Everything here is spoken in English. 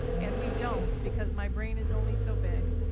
and we don't because my brain is only so big.